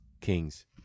kings